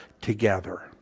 together